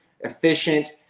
efficient